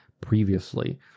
previously